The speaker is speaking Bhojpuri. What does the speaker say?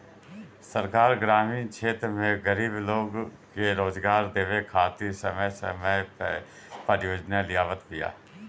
सरकार ग्रामीण क्षेत्र में गरीब लोग के रोजगार देवे खातिर समय समय पअ परियोजना लियावत बिया